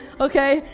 Okay